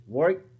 work